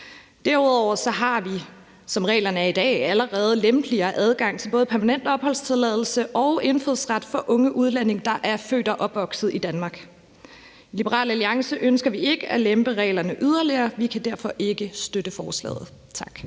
reglerne i dag, allerede lempeligere adgang til både permanent opholdstilladelse og indfødsret for unge udlændinge, der er født og opvokset i Danmark. I Liberal Alliance ønsker vi ikke at lempe reglerne yderligere. Vi kan derfor ikke støtte